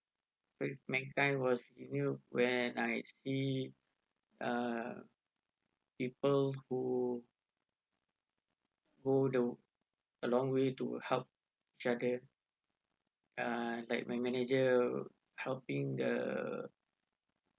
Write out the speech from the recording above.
that time was when I see uh people who who the a long way to help each other uh like my manager helping the